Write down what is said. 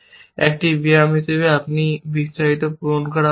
একটি ব্যায়াম হিসাবে আপনি বিস্তারিত পূরণ করা উচিত